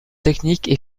techniques